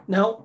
Now